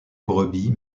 brebis